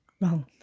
Wrong